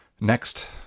Next